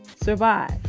survive